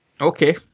okay